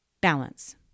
balance